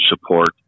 support